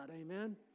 Amen